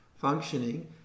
functioning